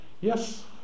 yes